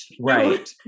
right